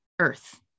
earth